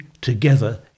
together